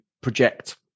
project